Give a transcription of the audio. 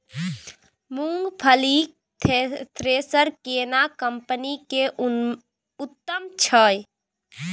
मूंगफली थ्रेसर केना कम्पनी के उत्तम छै?